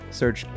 search